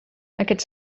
aquests